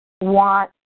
want